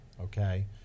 okay